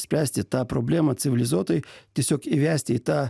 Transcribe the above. spręsti tą problemą civilizuotai tiesiog įvesti į tą